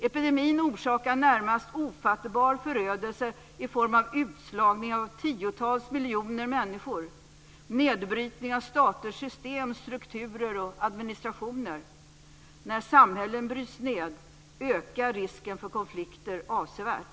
Epidemin orsakar närmast ofattbar förödelse i form av utslagning av tiotals miljoner människor, nedbrytning av staters system, strukturer och administrationer. När samhällen bryts ned ökar risken för konflikter avsevärt.